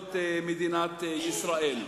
בתולדות מדינת ישראל.